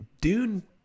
Dune